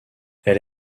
elle